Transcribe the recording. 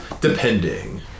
Depending